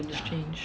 strange